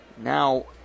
Now